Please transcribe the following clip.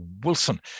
Wilson